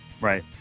Right